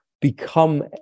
become